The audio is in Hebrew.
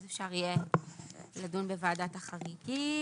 אז אפשר יהיה לדון בוועדת החריגים.